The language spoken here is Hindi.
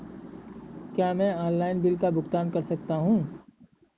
क्या मैं ऑनलाइन बिल का भुगतान कर सकता हूँ?